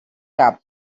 cap